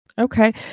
Okay